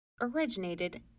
originated